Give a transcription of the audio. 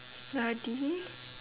study